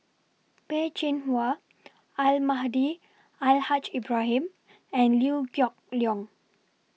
Peh Chin Hua Almahdi Al Haj Ibrahim and Liew Geok Leong